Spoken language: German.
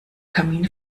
kamin